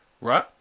right